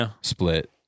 split